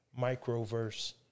Microverse